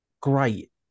great